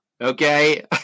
okay